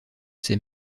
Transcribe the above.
ces